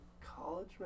college